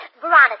Veronica